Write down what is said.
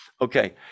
Okay